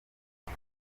ndi